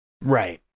right